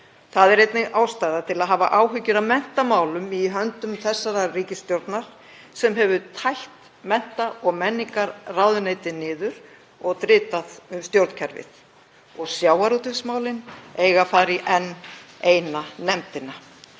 Það er einnig ástæða til að hafa áhyggjur af menntamálunum í höndum þessarar ríkisstjórnar sem hefur tætt mennta- og menningarráðuneytið niður og dritað um stjórnkerfið. Og sjávarútvegsmálin eiga að fara í enn eina nefndina.